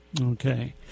Okay